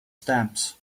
stamps